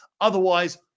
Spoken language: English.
Otherwise